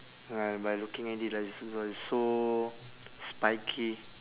ya by looking at it like it's so it's so spiky